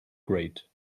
grate